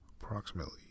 approximately